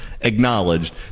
acknowledged